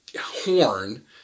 horn